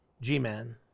G-Man